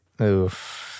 Oof